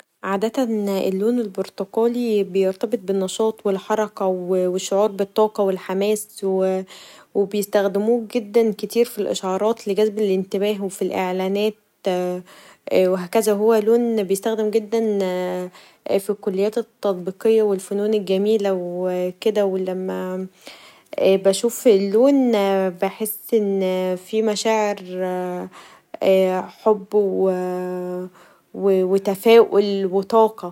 عادتا اللون البرتقالي بيرتبط بالنشاط و الحركه و الشعور بالطاقه و الحماس و بيستخدموه كتير جدا في الإشارات لجذب الانتباه وفي الإعلانات و هكذا و هو لون بيستخدم جدا في الكليات التطبيقيه و في الفنون الجميله و كدا و لما بشوف اللون بحس ان فيه مشاعر حب و تفائل و طاقه.